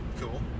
Cool